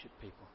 people